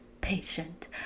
patient